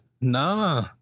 nah